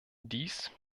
dies